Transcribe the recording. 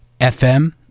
FM